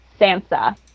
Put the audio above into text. Sansa